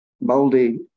moldy